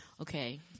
okay